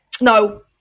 No